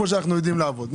כפי שאנחנו יודעים לעבוד.